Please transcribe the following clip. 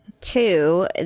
Two